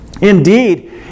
Indeed